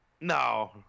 No